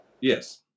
Yes